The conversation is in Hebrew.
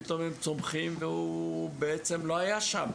הם צמחו והוא לא היה שם.